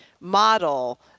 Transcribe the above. model